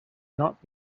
not